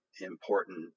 important